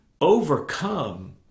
overcome